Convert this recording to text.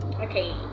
Okay